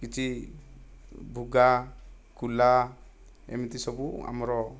କିଛି ବୁଗା କୁଲା ଏମିତି ସବୁ ଆମର